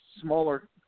smaller